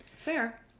Fair